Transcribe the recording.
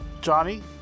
Johnny